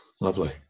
Lovely